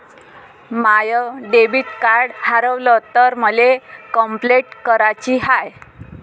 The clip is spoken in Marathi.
माय डेबिट कार्ड हारवल तर मले कंपलेंट कराची हाय